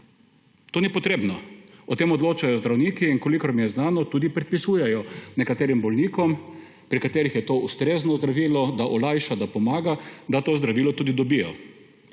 To ni potrebno, o tem odločajo zdravniki. In kolikor mi je znano, tudi predpisujejo nekaterim bolnikom, pri katerih je to ustrezno zdravilo, da olajša, da pomaga, da to zdravilo tudi dobijo.